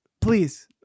please